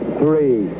three